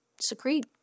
secrete